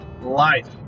Life